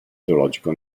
teologico